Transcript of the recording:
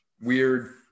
weird